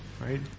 right